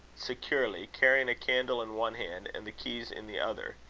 securely, carrying a candle in one hand, and the keys in the other.